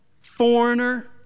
foreigner